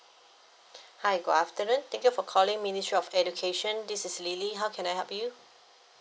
hi good afternoon thank you for calling ministry of education this is lily how can I help you